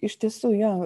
iš tiesų jo